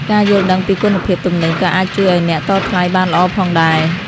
ការយល់ដឹងពីគុណភាពទំនិញក៏អាចជួយឱ្យអ្នកតថ្លៃបានល្អផងដែរ។